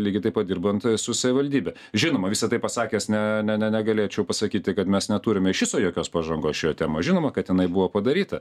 lygiai taip pat dirbant su savivaldybe žinoma visa tai pasakęs ne ne negalėčiau pasakyti kad mes neturime iš viso jokios pažangos šioje temoj žinoma kad jinai buvo padaryta